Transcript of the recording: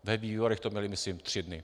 Ve výborech to měli, myslím, tři dny.